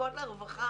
שזקוקות לרווחה,